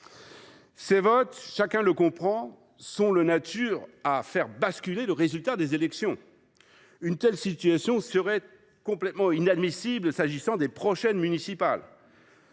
Ces votes, chacun le comprend, sont de nature à faire basculer le résultat des élections. Une telle situation serait inadmissible lors des prochaines municipales,